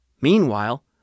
Meanwhile